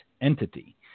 entity